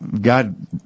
God